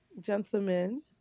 gentlemen